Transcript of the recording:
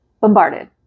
bombarded